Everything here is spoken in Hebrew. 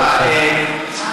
חבר